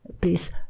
please